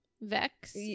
Vex